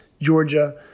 Georgia